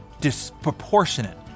disproportionate